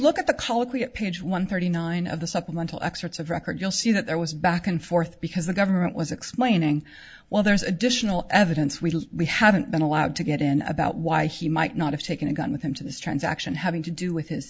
look at the colloquy at page one thirty nine of the supplemental excerpts of record you'll see that there was a back and forth because the government was explaining well there's additional evidence we we haven't been allowed to get in about why he might not have taken a gun with him to this transaction having to do with his